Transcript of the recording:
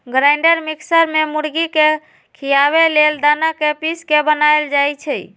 grinder mixer में मुर्गी के खियाबे लेल दना के पिस के बनाएल जाइ छइ